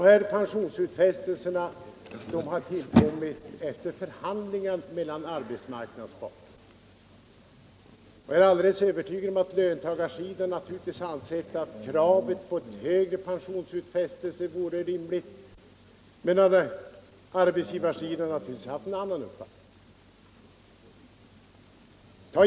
De pensionsutfästelserna har tillkommit efter förhandlingar mellan arbetsmarknadens parter, och jag är övertygad om att löntagarna anser att krav på högre pensionsutfästelser vore rimligt, medan arbetsgivarsidan naturligtvis har en annan uppfattning.